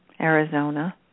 Arizona